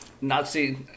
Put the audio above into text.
Nazi